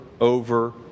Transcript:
over